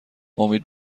امید